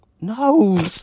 No